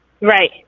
right